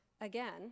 again